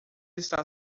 está